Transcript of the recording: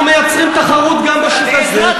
החיים הם מעבר ל"נשר" אנחנו מייצרים תחרות גם בשוק הזה,